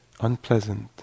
unpleasant